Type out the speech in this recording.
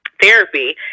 therapy